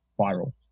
viral